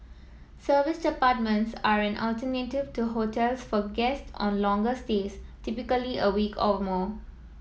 serviced apartments are an alternative to hotels for guest on longer stays typically a week or more